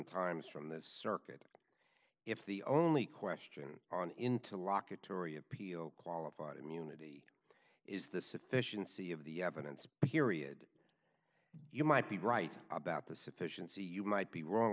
times from this circuit if the only question on into law kotori appeal qualified immunity is the sufficiency of the evidence period you might be right about the sufficiency you might be wrong